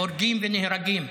הורגים ונהרגים,